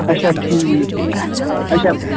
اچھا ٹھیٖکھ اچھا